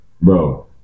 bro